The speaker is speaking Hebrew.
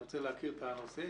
אני רוצה להכיר את הנושא,